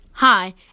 Hi